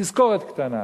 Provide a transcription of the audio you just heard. תזכורת קטנה: